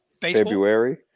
February